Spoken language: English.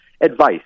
advice